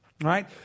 right